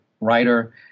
writer